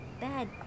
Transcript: Bad